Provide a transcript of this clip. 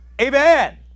Amen